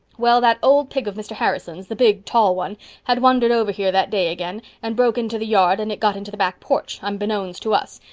well, that old pig of mr. harrison's the big, tall one had wandered over here that day again and broke into the yard, and it got into the back porch, unbeknowns to us,